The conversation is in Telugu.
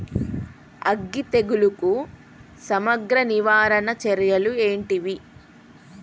అగ్గి తెగులుకు సమగ్ర నివారణ చర్యలు ఏంటివి?